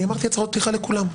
אמרתי שיהיו הצהרות פתיחה לכולם.